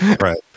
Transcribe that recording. right